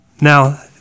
Now